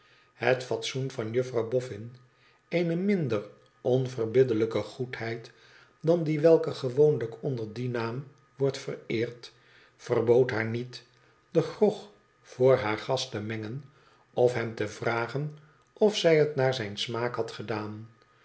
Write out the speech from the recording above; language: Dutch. hst fatsoen van juffrouw bofhn eene minder onverbiddelijke goedheid dan die welke gewoonlijk onder dien naam wordt vereerd verbood haar niet de grog voor haar gast te mengen of hem te vragen of zij het naar zijn smaak had gedaan